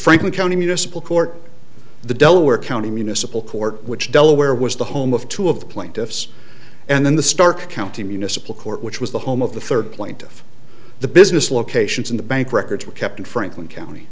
franklin county municipal court the delaware county municipal court which delaware was the home of two of the plaintiffs and then the stark county municipal court which was the home of the third plaintiff the business locations in the bank records were kept in franklin county